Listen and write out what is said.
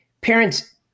parents